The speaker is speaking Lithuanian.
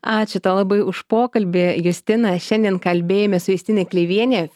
ačiū tau labai už pokalbį justina šiandien kalbėjomės justina kleivienė